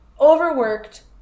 overworked